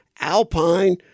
Alpine